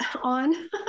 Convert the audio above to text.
on